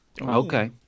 okay